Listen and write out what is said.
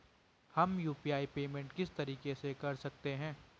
हम UPI payment किस तरीके से कर सकते हैं?